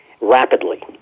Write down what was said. rapidly